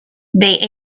they